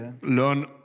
learn